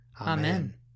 Amen